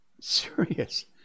Serious